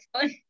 fun